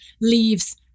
leaves